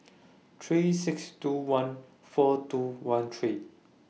three six two one four two one three